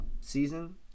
season